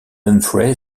humphrey